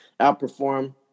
outperform